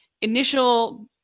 initial